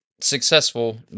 successful